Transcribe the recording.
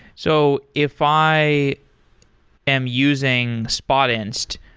so if i am using spotinst,